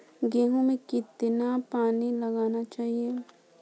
गेहूँ में कितना पानी लगाना चाहिए?